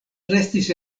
restis